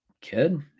kid